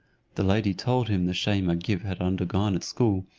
the lady told him the shame agib had undergone at school,